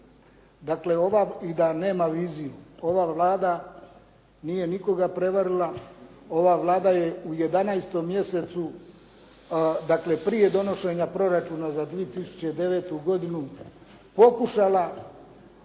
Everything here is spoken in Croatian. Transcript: prevarila, da nema viziju. Ova Vlada nije nikoga prevarila, ova Vlada je u 11. mjesecu, dakle prije donošenja proračuna za 2009. godinu pokušala